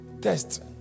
test